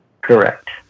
correct